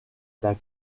d’un